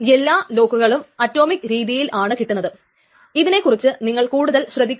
കാരണം അത് lock free ആവേണ്ടതാണ് അപ്പോൾ ഇതിനെ റിക്കവറബിളും ക്യാസ്കേട്ലസ്സും ആക്കാൻ വേണ്ടി നമ്മൾ ലോക്കുകൾ ഉപയോഗിക്കുന്നു